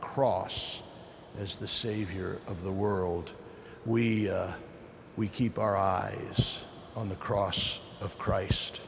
cross as the savior of the world we we keep our eyes on the cross of christ